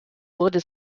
wurde